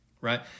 right